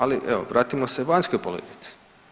Ali evo vratimo se vanjskoj politici.